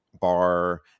bar